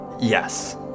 Yes